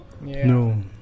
no